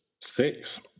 Six